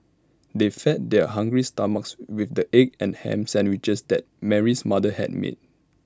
they fed their hungry stomachs with the egg and Ham Sandwiches that Mary's mother had made